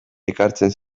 ekartzen